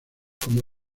como